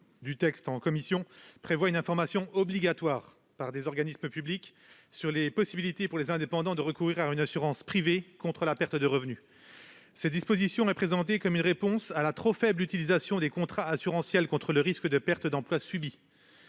du texte en commission, prévoit une information obligatoire, par des organismes publics, sur la possibilité de recourir à une assurance privée contre la perte de revenu. Cette disposition est présentée comme une réponse à la trop faible utilisation des contrats assurantiels contre le risque de perte d'emploi subie.